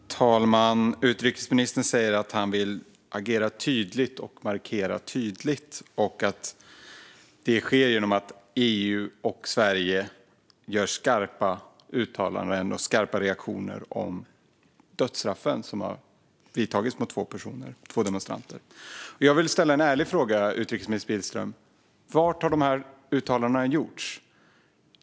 Fru talman! Utrikesministern säger att han vill agera och markera tydligt och att detta sker genom att EU och Sverige gör skarpa uttalanden som en reaktion på de två dödsstraff som har verkställts mot två demonstranter. Låt mig ställa en ärlig fråga, utrikesminister Billström. Var har dessa uttalanden gjorts?